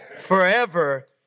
Forever